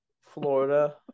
Florida